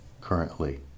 currently